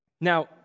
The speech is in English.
Now